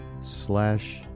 slash